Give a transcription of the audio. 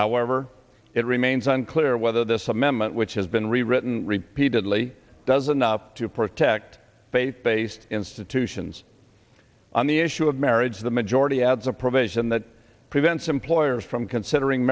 however it remains unclear whether this amendment which has been rewritten repeatedly doesn't to protect faith based institutions on the is to a marriage the majority adds a provision that prevents employers from considering